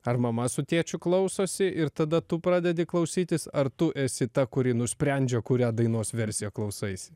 ar mama su tėčiu klausosi ir tada tu pradedi klausytis ar tu esi ta kuri nusprendžia kurią dainos versiją klausaisi